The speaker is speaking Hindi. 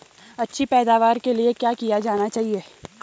अच्छी पैदावार के लिए क्या किया जाना चाहिए?